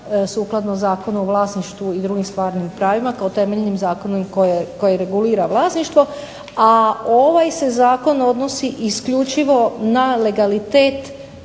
sukladno Zakonu o vlasništvu i drugim stvarnim pravima kao temeljnim zakonom koje regulira vlasništvo. A ovaj se zakon odnosi isključivo na legalitet